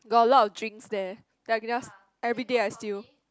got a lot of drinks there then I just everyday I steal